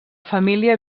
família